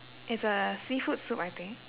it's a seafood soup I think